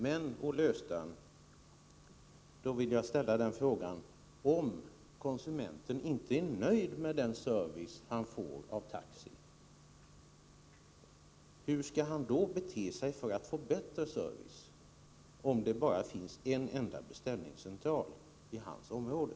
Men, Olle Östrand, jag vill då ställa en fråga: Om konsumenten inte är nöjd med den service han får av taxi, hur skall han då bete sig för att få bättre service om det bara finns en enda beställningscentral i hans område?